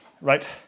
right